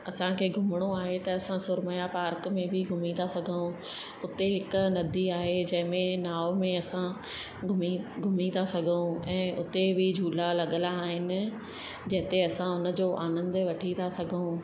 असांखे घुमिणो आहे त असां सुरम्या पार्क में बि घुमी था सघूं उते हिकु नदी आहे जंहिंमें नाओ में असां घुमी घुमी था सघूं ऐं उते बि झूला लॻियलु आहिनि जंहिं ते असां उन जो आनंदु वठी था सघूं